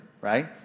right